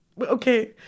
Okay